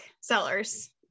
sellers